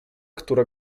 która